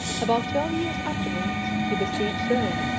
about twelve years afterwards, he besieged rome,